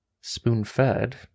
Spoon-fed